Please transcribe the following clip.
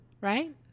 Right